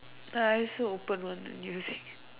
I also open one you see